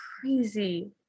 crazy